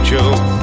Joe